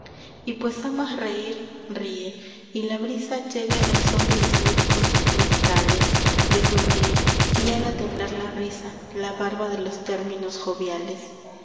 y pues amas reir ríe y la brisa lleve el son de los líricos cristales de tu reir y haga temblar la risa la barba de los términos joviales